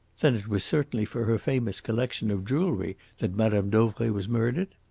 then it was certainly for her famous collection of jewellery that madame dauvray was murdered?